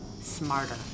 Smarter